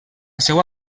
seva